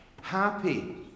happy